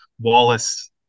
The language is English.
Wallace